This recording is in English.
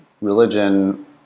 religion